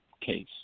case